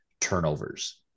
turnovers